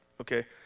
okay